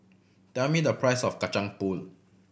tell me the price of Kacang Pool